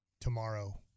tomorrow